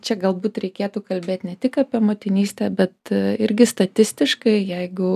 čia galbūt reikėtų kalbėt ne tik apie motinystę bet irgi statistiškai jeigu